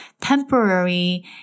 temporary